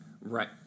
right